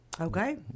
Okay